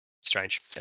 Strange